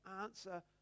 answer